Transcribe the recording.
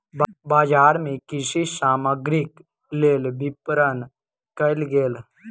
बजार मे कृषि सामग्रीक लेल विपरण कयल गेल